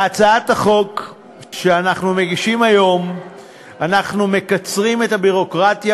בהצעת החוק שאנחנו מגישים היום אנחנו מצד אחד מקצרים את הביורוקרטיה